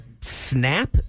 snap